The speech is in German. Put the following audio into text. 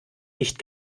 nicht